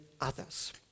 others